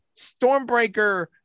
Stormbreaker